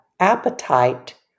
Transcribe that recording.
appetite